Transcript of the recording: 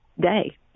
day